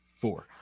Four